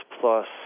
plus